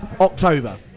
October